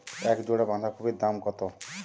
এক জোড়া বাঁধাকপির দাম কত?